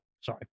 Sorry